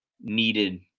needed